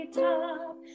top